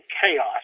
chaos